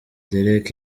derek